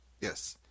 Yes